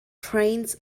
trains